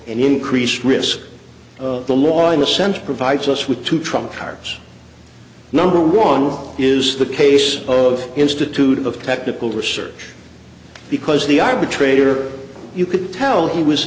an increased risk the law in a sense provides us with two trump cards number one is the case of institute of technical research because the arbitrator you could tell he was